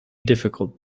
difficult